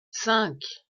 cinq